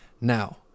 Now